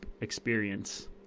experience